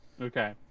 Okay